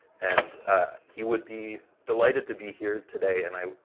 and he would be delighted to be here today and i,